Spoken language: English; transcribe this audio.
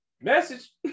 Message